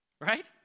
Right